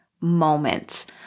moments